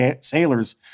sailors